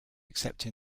accepting